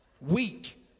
Weak